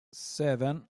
seven